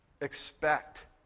expect